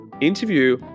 interview